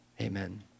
Amen